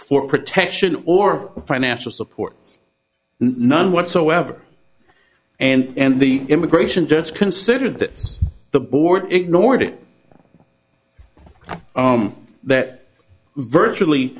for protection or financial support none whatsoever and the immigration judge considered this the board ignored it that virtually